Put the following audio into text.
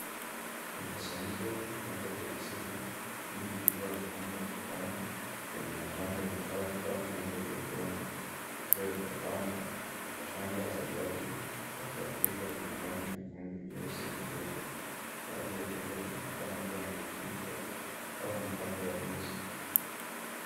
Mkusanyiko wa vyombo vya asili vingi vikiwa vimeundwa kutokana kwenye matango makavu au vyombo vya udongo vikiwa vimepambwa kwa shanga za jadi za kiafrika zenye rangi nyekundu, nyeusi na nyeupe. Baadhi ya vyombo vinaonekana kuwa na vifuniko au mapambo ya nyuzi.